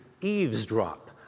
eavesdrop